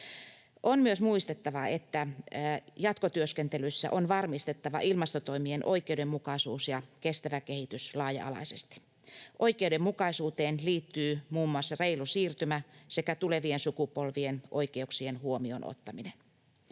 On myös muistettava, että jatkotyöskentelyssä on varmistettava ilmastotoimien oikeudenmukaisuus ja kestävä kehitys laaja-alaisesti. Oikeudenmukaisuuteen liittyy muun muassa reilu siirtymä sekä tulevien sukupolvien oikeuksien huomioon ottaminen.